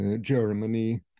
Germany